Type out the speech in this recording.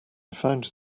find